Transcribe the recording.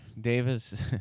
Davis